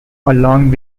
along